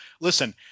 listen